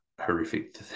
horrific